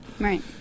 Right